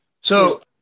So-